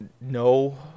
No